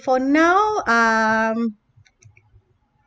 for now um